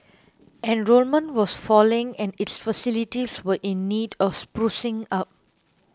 enrolment was falling and its facilities were in need of sprucing up